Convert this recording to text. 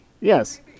Yes